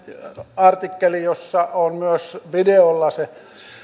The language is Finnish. artikkeli jossa on myös videolla se